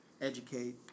educate